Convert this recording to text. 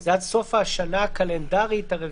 זה עד סוף השנה הקלנדרית הרביעית.